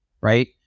right